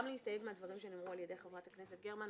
להסתייג מהדברים שנאמרו על ידי חברת הכנסת גרמן,